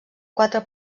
quatre